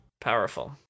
Powerful